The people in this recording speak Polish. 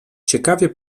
ciekawie